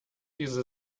diese